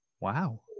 Wow